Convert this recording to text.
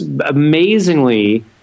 amazingly